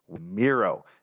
miro